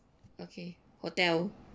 okay hotel